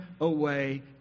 away